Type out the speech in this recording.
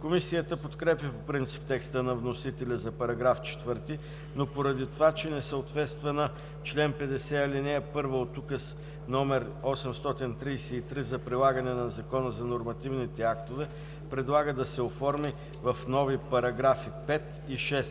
Комисията подкрепя по принцип текста на вносителя за § 4, но поради това че не съответства на чл. 50, ал. 1 от Указ № 833 за прилагане на Закона за нормативните актове предлага да се оформи в нови §§ 5 и 6: